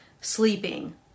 sleeping